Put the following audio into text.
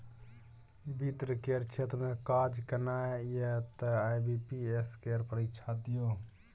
वित्त केर क्षेत्र मे काज केनाइ यै तए आई.बी.पी.एस केर परीक्षा दियौ